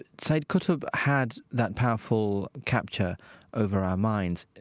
sayyid qutb but had that powerful capture over our minds.